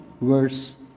verse